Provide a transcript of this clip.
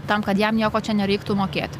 tam kad jam nieko čia nereiktų mokėti